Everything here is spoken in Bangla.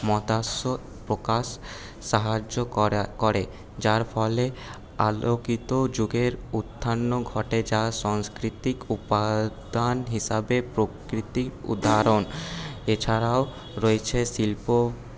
মতাশ প্রকাশ সাহায্য করা করে যার ফলে আলোকিত যুগের উত্থান ঘটে যা সংস্কৃতিক উপাদান হিসাবে প্রকৃতি উদাহরণ এছাড়াও রয়েছে শিল্প